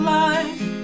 life